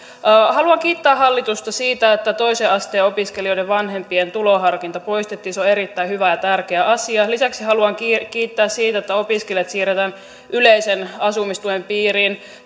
haluan kiittää hallitusta siitä että toisen asteen opiskelijoiden vanhempien tuloharkinta poistettiin se on erittäin hyvä ja tärkeä asia lisäksi haluan kiittää siitä että opiskelijat siirretään yleisen asumistuen piiriin